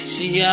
See